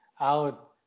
out